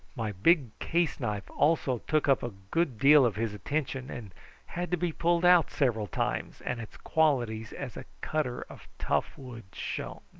my big case-knife also took up a good deal of his attention and had to be pulled out several times and its qualities as a cutter of tough wood shown.